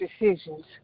decisions